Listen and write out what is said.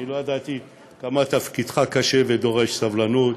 אני לא ידעתי כמה תפקידך קשה ודורש סבלנות